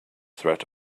threat